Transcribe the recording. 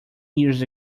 years